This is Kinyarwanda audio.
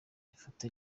ifoto